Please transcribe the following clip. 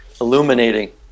illuminating